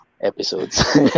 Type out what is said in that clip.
episodes